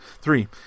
Three